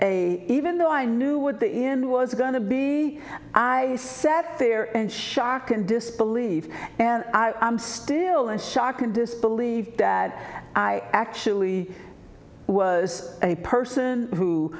a even though i knew what the end was going to be i sat there and shock and disbelief and i'm still in shock and disbelief that i actually was a person who